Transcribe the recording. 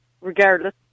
Regardless